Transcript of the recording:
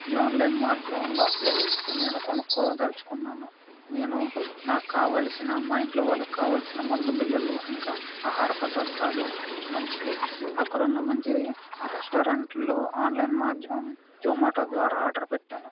ఈ ఆన్లైన్ మాధ్యమంలో నేను కొనుక్కో దలుచుకున్నాను నేను నాకు కావాల్సిన మా ఇంట్లో వాళ్లకు కావాల్సిన మందు బిళ్ళలు ఇంకా ఆహార పదార్థాలు మంచివి అక్కడు ఉన్న మంచి రెస్టారెంట్లో ఆన్లైన్ మాధ్యమం జోమాటో ద్వారా ఆర్డర్ పెట్టాను